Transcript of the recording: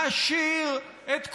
מעשיר את כולנו,